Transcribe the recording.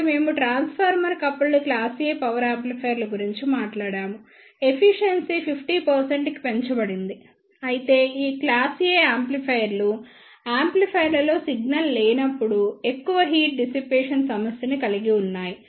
అప్పుడు మేము transformer coupled class A power యాంప్లిఫైయర్ల గురించి మాట్లాడాము ఎఫిషియెన్సీ 50 కి పెంచబడింది అయితే ఈ క్లాస్ A యాంప్లిఫైయర్లు యాంప్లిఫైయర్లో సిగ్నల్ లేనప్పుడు ఎక్కువ హీట్ డిసిపేషన్ సమస్య ని కలిగి ఉంటాయి